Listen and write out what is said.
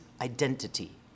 identity